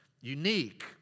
unique